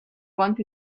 want